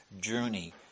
journey